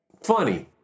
Funny